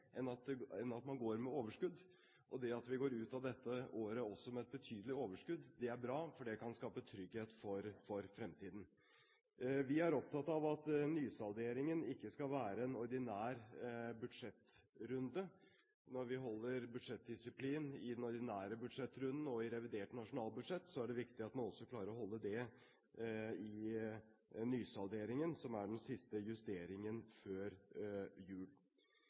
at man går med overskudd. Det at vi går ut av dette året også med betydelig overskudd, er bra, for det kan skape trygghet for fremtiden. Vi er opptatt av at nysalderingen ikke skal være en ordinær budsjettrunde. Når vi holder budsjettdisiplin i den ordinære budsjettrunden og i revidert nasjonalbudsjett, er det viktig at man også klarer å holde det i nysalderingen, som er den siste justeringen før jul.